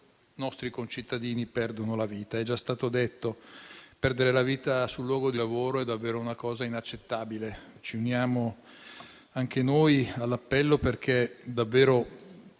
nostri concittadini perdono la vita. È già stato detto che perdere la vita sul luogo di lavoro è davvero una cosa inaccettabile. Ci uniamo anche noi all'appello affinché davvero